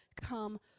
come